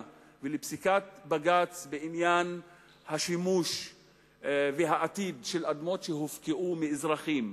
ולפסיקת בג"ץ בעניין השימוש והעתיד של אדמות שהופקעו מאזרחים.